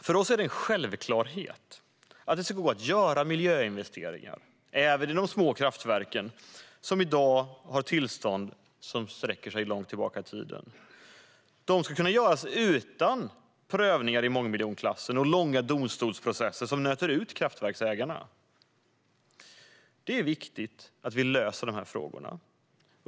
För oss är det en självklarhet att det ska gå att göra miljöinvesteringar även i de små kraftverken som i dag har tillstånd som sträcker sig långt tillbaka i tiden. De ska kunna göras utan prövningar som kräver summor i mångmiljonklassen och långa domstolsprocesser som nöter ut kraftverksägarna. Det är viktigt att vi löser de här frågorna.